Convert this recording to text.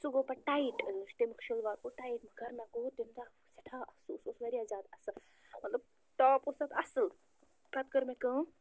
سُہ گوٚو پَتہٕ ٹایِٹ تَمیُک شَلوار گوٚر ٹایِٹ مگر مےٚ گَو تَمہِ دۄہ سٮ۪ٹھاہ اَفسوٗس سُہ اوس واریاہ زیادٕ اَصٕل مطلَب ٹاپ اوس تَتھ اَصٕل پَتہٕ کٔر مےٚ کٲم